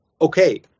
okay